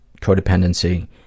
codependency